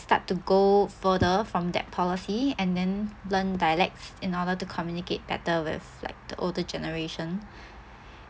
start to go further from that policy and then learn dialects in order to communicate better with like the older generation